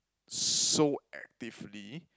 so actively